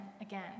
again